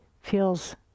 feels